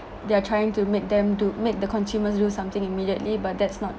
they're trying to make them do make the consumers do something immediately but that's not